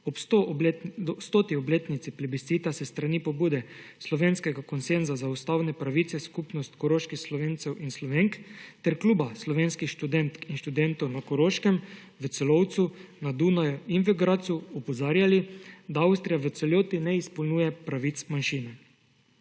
ob 100 obletnici plebiscita s strani pobude slovenskega konsenza za ustavne pravice skupnost koroških Slovencev in Slovenk ter kluba slovenskih študent in študentov na Koroškem, v Celovcu, na Dunaju in v Gradcu opozarjali, da Avstrija v celoti ne izpolnjuje pravic manjšine.